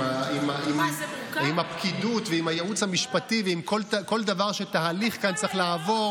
עם הפקידות ועם הייעוץ המשפטי ועם כל דבר שתהליך כאן צריך לעבור,